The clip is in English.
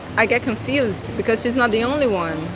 i get confused because she's not the only one